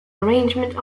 arrangement